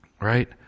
Right